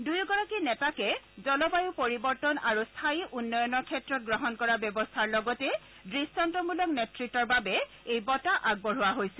দুয়োগৰাকী নেতাকে জলবায়ু পৰিৱৰ্তন আৰু স্থায়ী উন্নয়নৰ ক্ষেত্ৰত গ্ৰহণ কৰা ব্যৱস্থাৰ লগতে দৃষ্টান্তমূলক নেতৃতৰ বাবে এই বঁটা আগবঢ়োৱা হৈছে